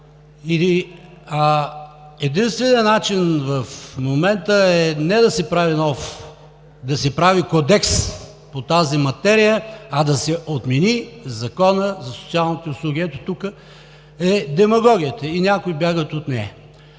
Единственият начин в момента е не да се прави кодекс по тази материя, а да се отмени Законът за социалните услуги. Ето тук е демагогията и някои бягат от нея.